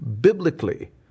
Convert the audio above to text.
biblically